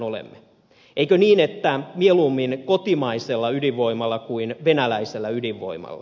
eikö niin että mieluummin kotimaisella ydinvoimalla kuin venäläisellä ydinvoimalla